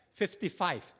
55